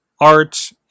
art